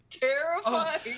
terrifying